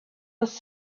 was